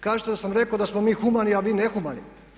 Kažete da sam rekao da smo mi humani, a vi nehumani.